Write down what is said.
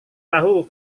tahu